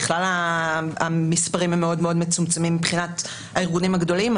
בכלל המספרים הם מאוד מצומצמים מבחינת הארגונים הגדולים.